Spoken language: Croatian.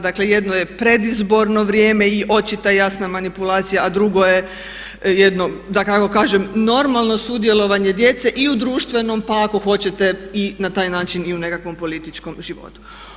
Dakle jedno je predizborno vrijeme i očita jasna manipulacija a drugo je jedno da kako kažem normalno sudjelovanje djece i u društvenom pa ako hoćete i na taj način nekakvom političkom životu.